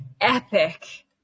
epic